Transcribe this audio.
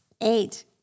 Eight